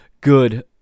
good